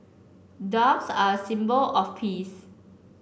doves are a symbol of peace